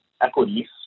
equities